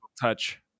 touch